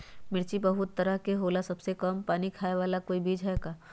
मिर्ची बहुत तरह के होला सबसे कम पानी खाए वाला कोई बीज है का?